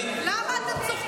למה אתה צוחק מזה?